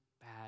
bad